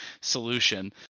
solution